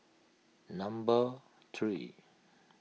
number three